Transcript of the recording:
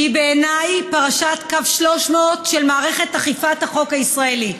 שהיא בעיניי פרשת קו 300 של מערכת אכיפת החוק הישראלי.